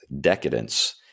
Decadence